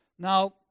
Now